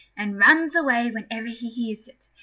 and runs away whenever he hears it.